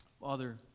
Father